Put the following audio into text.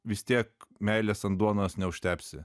vis tiek meilės ant duonos neužtepsi